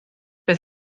beth